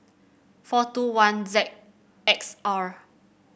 four two one Z X R